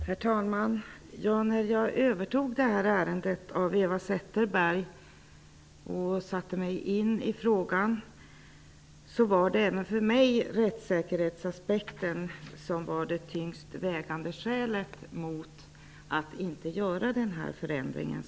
Herr talman! När jag övertog detta ärende från Eva Zetterberg och satte mig in i frågan var det rättssäkerhetsaspekten som för mig var det tyngst vägande skälet mot att genomföra den föreslagna förändringen.